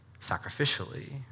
sacrificially